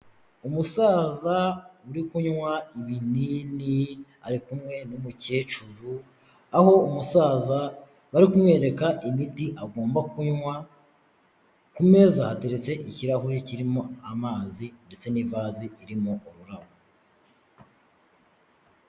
Umusaza uri kunywa ibinini ari kumwe n'umukecuru, aho umusaza bari kumwereka imiti agomba kunywa ku meza hateretse ikirahure kirimo amazi ndetse n'ivazi irimo ururabo.